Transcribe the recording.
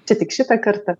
čia tik šitą kartą